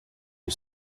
who